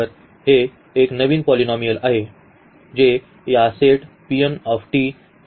तर हे एक नवीन पॉलिनॉमीयल आहे जे या सेट च्या मालकीचे आहे